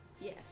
Yes